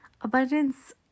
Abundance